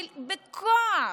בכוח.